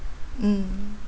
mm